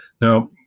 Now